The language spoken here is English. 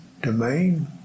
domain